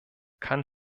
kann